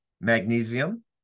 Magnesium